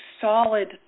solid